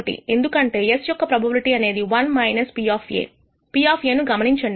ఎందుకంటే S యొక్క probability అనేది 1 PP ను గమనించండి